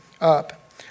up